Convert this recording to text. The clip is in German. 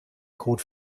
code